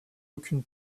aucune